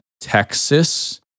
Texas